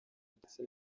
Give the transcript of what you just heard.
ndetse